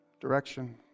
direction